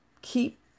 keep